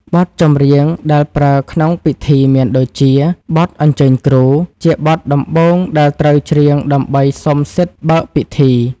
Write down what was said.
បទចម្រៀងដែលប្រើក្នុងពិធីមានដូចជា បទអញ្ជើញគ្រូ ជាបទដំបូងដែលត្រូវច្រៀងដើម្បីសុំសិទ្ធិបើកពិធី។